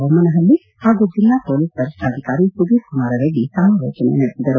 ಬೊಮ್ನನಹಳ್ಳಿ ಹಾಗೂ ಜಿಲ್ಲಾ ಪೊಲೀಸ್ ವರಿಷ್ಠಾಧಿಕಾರಿ ಸುಧೀರಕುಮಾರ ರೆಡ್ಡಿ ಸಮಾಲೋಚನೆ ನಡೆಸಿದರು